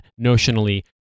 notionally